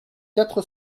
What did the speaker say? quatre